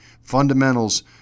fundamentals